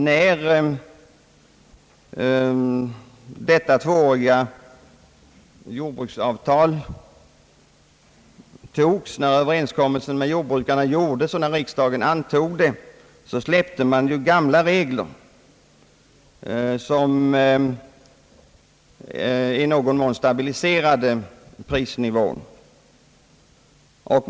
När detta tvååriga jordbruksavtal slöts, när överenskommelsen med jordbrukarna träffades och riksdagen antog avtalet, släpptes tidigare regler som i någon mån stabiliserat prisnivån.